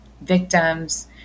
victims